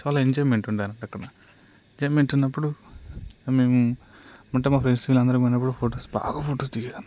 చాలు ఎంజాయ్మెంట్ ఉండేది అనమాట అక్కడ ఎంజాయిమెంట్ ఉన్నప్పుడు మేము అంటే మా ఫ్రెండ్స్ వీళ్ళు అందరం పోయినప్పుడు ఫొటోస్ బాగా ఫొటోస్ దిగేది